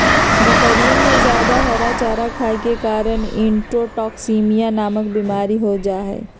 बकरियन में जादा हरा चारा खाये के कारण इंट्रोटॉक्सिमिया नामक बिमारी हो जाहई